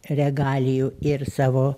regalijų ir savo